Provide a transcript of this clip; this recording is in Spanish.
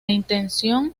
intención